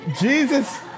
Jesus